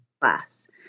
class